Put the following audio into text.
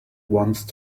once